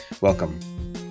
welcome